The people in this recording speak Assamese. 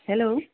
হেল্ল'